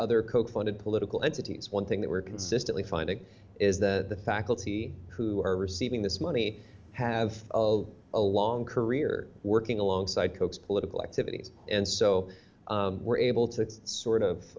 other coke funded political entities one thing that we're consistently finding is that the faculty who are receiving this money have a long career working alongside coke's political activities and so we're able to sort of